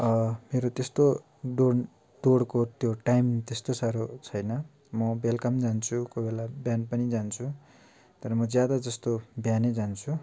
मेरो त्यस्तो दौड दौडको त्यो टाइम त्यस्तो साह्रो छैन म बेलुका जान्छु कोही बेला बिहान पनि जान्छु तर म ज्यादा जस्तो बिहान जान्छु